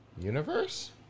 Universe